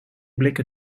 blikken